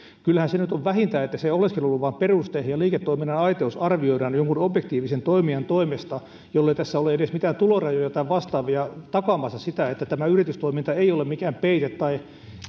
kyllähän se nyt on vähintä että oleskeluluvan peruste ja liiketoiminnan aitous arvioidaan jonkun objektiivisen toimijan toimesta jollei tässä ole edes mitään tulorajoja tai vastaavia takaamassa sitä että tämä yritystoiminta ei ole mikään peite tai